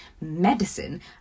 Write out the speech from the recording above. medicine